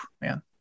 man